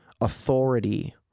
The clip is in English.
authority